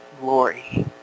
glory